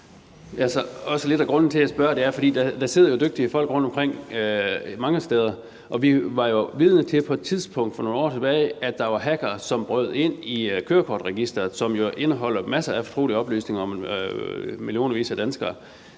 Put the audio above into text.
var vidne til på et tidspunkt for nogle år tilbage, at der var hackere, som brød ind i kørekortregisteret, som jo indeholder masser af fortrolige oplysninger om millionvis af danskere.